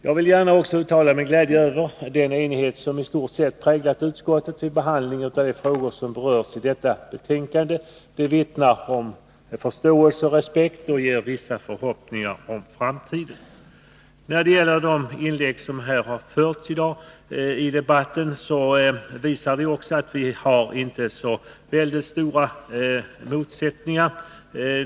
Jag vill gärna uttala min glädje över den enighet som i stort sett präglat utskottet vid behandling av de frågor som berörs i detta betänkande. Detta vittnar om förståelse och respekt och inger vissa förhoppningar om framtiden. När det gäller de inlägg som har gjorts i dag i debatten visar det sig att det inte är så väldigt stora motsättningar.